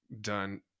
done